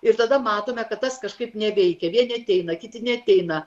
ir tada matome kad tas kažkaip neveikia vieni ateina kiti neateina